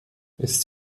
ist